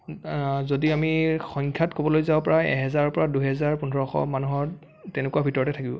যদি আমি সংখ্যাত ক'বলৈ যাওঁ প্ৰায় এহেজাৰৰ পৰা দুহেজাৰ পোন্ধৰশ মানুহৰ তেনেকুৱা ভিতৰতে থাকিব